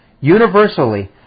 Universally